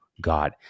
God